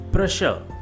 Pressure